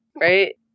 right